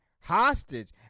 hostage